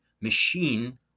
machine